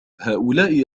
هؤلاء